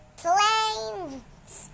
planes